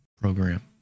program